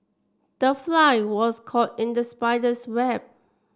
the fly was caught in the spider's web